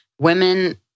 Women